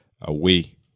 away